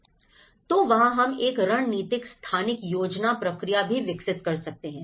तो वहां हम एक रणनीतिक स्थानिक योजना प्रक्रिया भी विकसित कर सकते हैं